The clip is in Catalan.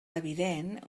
evident